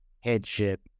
headship